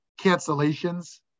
cancellations